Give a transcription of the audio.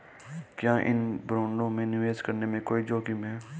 क्या इन बॉन्डों में निवेश करने में कोई जोखिम है?